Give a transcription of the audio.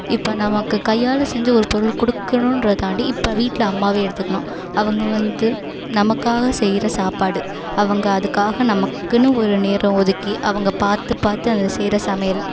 இப்போ நமக்கு கையால் செஞ்ச ஒரு பொருள் கொடுக்கணுன்றதாண்டி இப்போ வீட்டில் அம்மாவையே எடுத்துக்கலாம் அவங்க வந்து நமக்காக செய்கிற சாப்பாடு அவங்க அதுக்காக நமக்குனு ஒரு நேரம் ஒதுக்கி அவங்க பார்த்து பார்த்து அந்த செய்கிற சமையல்